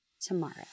tomorrow